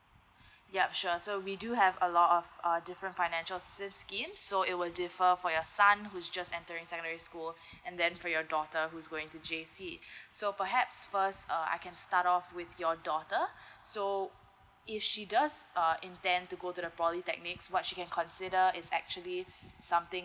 yup sure so we do have a lot of uh different financial since scheme so it will differ for your son who's just entering secondary school and then for your daughter who's going to J_C so perhaps first uh I can start off with your daughter so if she does uh intend to go to the polytechnics what she can consider is actually something